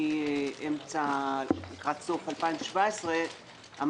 לקראת סוף 2017,